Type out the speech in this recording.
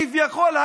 כביכול,